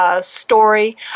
story